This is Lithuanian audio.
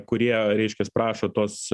kurie reiškias prašo tos